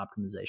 optimization